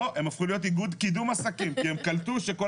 הם הפכו להיות איגוד קידום עסקים כי הם קלטו שכל